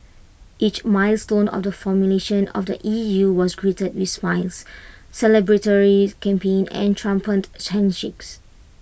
each milestone of the formulation of the E U was greeted with smiles celebratory champagne and triumphant